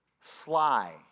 sly